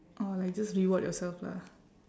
oh like just reward yourself lah